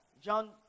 John